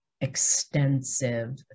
extensive